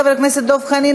חבר הכנסת דב חנין,